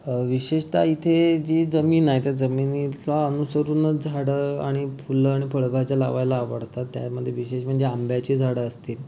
विशेषतः इथे जी जमीन आहे त्या जमिनीला अनुसरूनच झाडं आणि फुलं आणि फळभाज्या लावायला आवडतात त्यामध्ये विशेष म्हणजे आंब्याची झाडं असतील